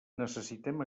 necessitem